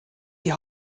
die